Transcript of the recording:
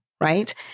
right